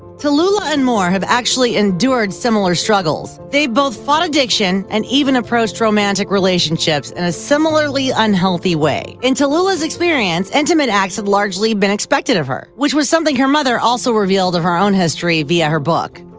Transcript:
tallulah and moore have actually endured similar struggles. they've both fought addiction, and even approached romantic relationships in a similarly unhealthy way. in tallulah's experience, intimate acts had largely been expected of her. which was something her mother also revealed of her own history, via her book.